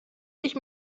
ich